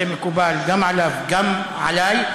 זה מקובל גם עליו וגם עלי,